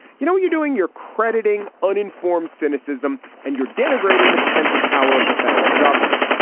you know, you're doing your crediting uninformed cynicism and you're denigrating the potential power of the federal government.